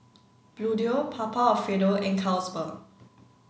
Bluedio Papa Alfredo and Carlsberg